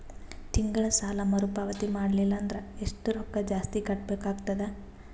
ತಿಂಗಳ ಸಾಲಾ ಮರು ಪಾವತಿ ಮಾಡಲಿಲ್ಲ ಅಂದರ ಎಷ್ಟ ರೊಕ್ಕ ಜಾಸ್ತಿ ಕಟ್ಟಬೇಕಾಗತದ?